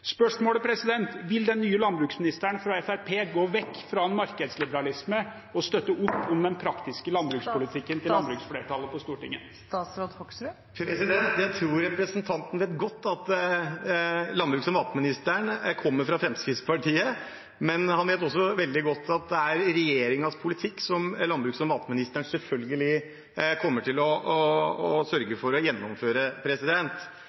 Spørsmålet er: Vil den nye landbruksministeren fra Fremskrittspartiet gå vekk fra markedsliberalisme og støtte opp om den praktiske landbrukspolitikken til landbruksflertallet på Stortinget? Jeg tror representanten vet godt at landbruks- og matministeren kommer fra Fremskrittspartiet, men han vet også veldig godt at det er regjeringens politikk landbruks- og matministeren selvfølgelig kommer til å sørge for å